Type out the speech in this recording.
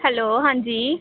hello हांजी